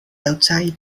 outside